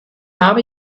habe